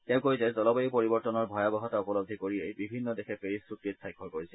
তেওঁ কয় যে জলবায়ু পৰিবৰ্তনৰ ভয়াবহতা উপলধি কৰিয়েই বিভিন্ন দেশে পেৰিছ চুক্তিত স্বাক্ষৰ কৰিছিল